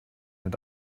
mit